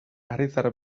harritzar